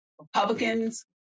Republicans